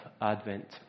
advent